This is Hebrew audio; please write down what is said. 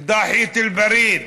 דחיית אל-בריד,